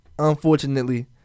Unfortunately